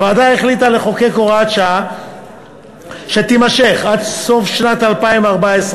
הוועדה החליטה לחוקק הוראת שעה שתימשך עד סוף שנת 2014,